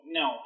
no